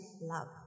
love